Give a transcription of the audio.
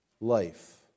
life